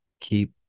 Keep